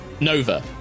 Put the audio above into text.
Nova